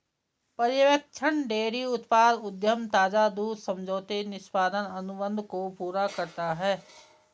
पर्यवेक्षण डेयरी उत्पाद उद्यम ताजा दूध समझौते निष्पादन अनुबंध को पूरा करता है